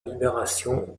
libération